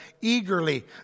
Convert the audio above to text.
eagerly